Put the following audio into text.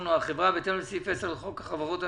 בהתאם לסעיף 10 לחוק החברות הממשלתיות,